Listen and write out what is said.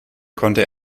konnte